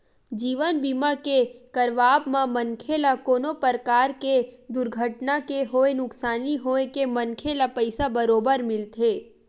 जीवन बीमा के करवाब म मनखे ल कोनो परकार ले दुरघटना के होय नुकसानी होए हे मनखे ल पइसा बरोबर मिलथे